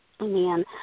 Amen